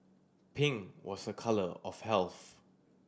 pink was a colour of health